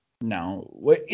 No